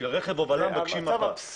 בשביל רכב הובלה, מבקשים מפה.